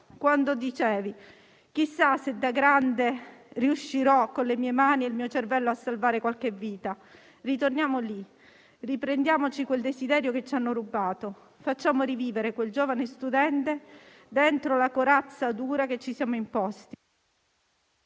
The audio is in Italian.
quando dicevi: chissà se da grande riuscirò, con le mie mani e il mio cervello, a salvare qualche vita? Ritorniamo lì, riprendiamoci quel desiderio che ci hanno rubato, facciamo rivivere quel giovane studente dentro la corazza dura che ci siamo imposti.